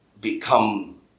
become